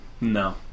No